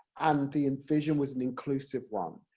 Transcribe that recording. and the and vision was an inclusive one,